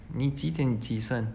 你几点起身